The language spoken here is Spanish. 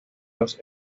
los